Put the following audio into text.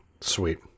Sweet